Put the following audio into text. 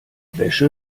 wäsche